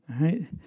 right